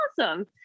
awesome